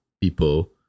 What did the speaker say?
people